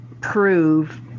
prove